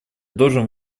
должен